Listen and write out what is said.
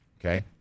Okay